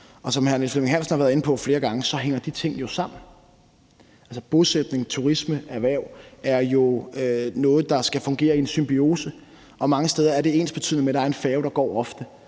og som hr. Niels Flemming Hansen har været inde på flere gange, hænger de ting jo sammen. Altså, bosætning, turisme og erhverv er jo noget, der skal fungere i en symbiose, og mange steder er det ensbetydende med, at der er en færge, der går ofte.